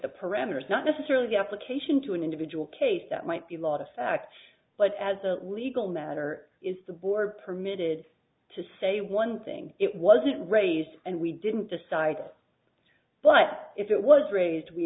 the parameters not necessarily deprecation to an individual case that might be a lot of facts but as a legal matter is the board permitted to say one thing it wasn't raised and we didn't decide but if it was raised we